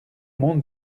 monde